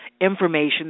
information